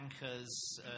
Bankers